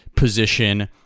position